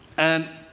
and